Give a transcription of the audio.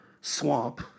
swamp